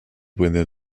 within